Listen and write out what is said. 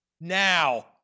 now